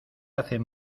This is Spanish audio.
hacen